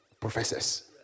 professors